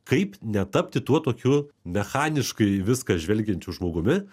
kaip netapti tuo tokiu mechaniškai į viską žvelgiančių žmogumi